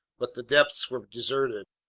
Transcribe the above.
but the depths were deserted.